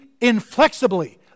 inflexibly